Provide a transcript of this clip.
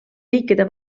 riikide